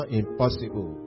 impossible